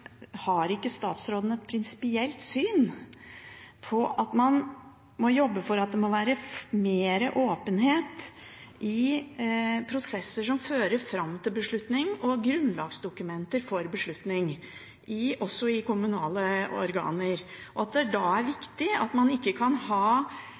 har et prinsipielt syn på at man må jobbe for at det må være mer åpenhet i prosesser som fører fram til beslutning, og grunnlagsdokumenter for beslutning, også i kommunale organer, og at det da er viktig at man ikke kan ha